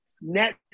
net